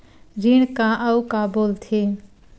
ऋण का अउ का बोल थे?